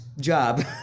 job